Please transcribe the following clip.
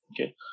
Okay